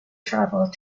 travel